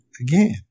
again